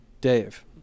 Dave